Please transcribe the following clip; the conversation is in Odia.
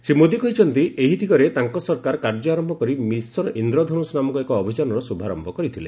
ଶ୍ରୀ ମୋଦୀ କହିଛନ୍ତି ଏହି ଦିଗରେ ତାଙ୍କ ସରକାର କାର୍ଯ୍ୟ ଆରମ୍ଭ କରି ମିଶନ ଇନ୍ଦ୍ରଧନୁଷ୍ ନାମକ ଏକ ଅଭିଯାନର ଶୁଭାରୟ କରିଥିଲେ